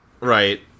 Right